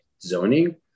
zoning